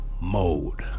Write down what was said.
mode